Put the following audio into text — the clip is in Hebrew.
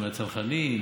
מהצנחנים?